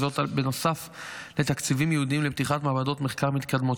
וזאת נוסף לתקציבים ייעודיים לפתיחת מעבדות מחקר מתקדמות.